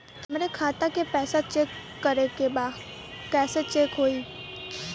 हमरे खाता के पैसा चेक करें बा कैसे चेक होई?